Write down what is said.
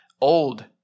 Old